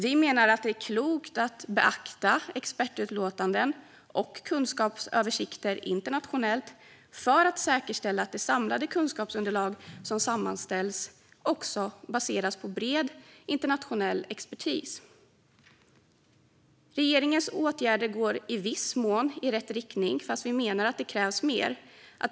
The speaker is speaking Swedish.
Vi menar att det är klokt att beakta expertutlåtanden och kunskapsöversikter internationellt, för att säkerställa att det samlade kunskapsunderlag som sammanställs också baseras på bred internationell expertis. Regeringens åtgärder går i viss mån i rätt riktning, men vi menar att det krävs mer.